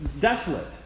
desolate